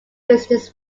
business